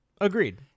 Agreed